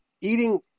eating